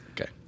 okay